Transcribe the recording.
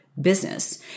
business